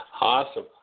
Awesome